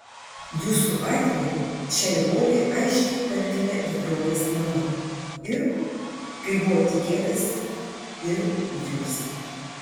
jūsų atveju šiai rolei aiškiai talkina ir draugės mama ir kaip buvo tikėtasi ir jūs